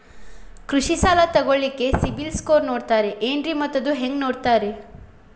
ಕೃಷಿ ಸಾಲ ತಗೋಳಿಕ್ಕೆ ಸಿಬಿಲ್ ಸ್ಕೋರ್ ನೋಡ್ತಾರೆ ಏನ್ರಿ ಮತ್ತ ಅದು ಹೆಂಗೆ ನೋಡ್ತಾರೇ?